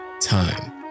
time